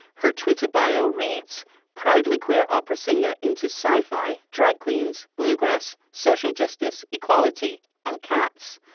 her twitter bio reads proudly queer opera singer into sci fi drag queens bluegrass social justice equality and cats.